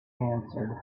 answered